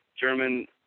German